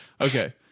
Okay